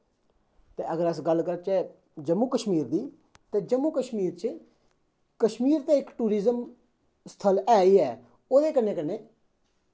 ते अगर अस गल्ल करचै जम्मू कश्मीर दी ते जम्मू कश्मीर च कश्मीर ते इक टूरिज़म स्थल ऐ ई ऐ ओह्दे कन्नै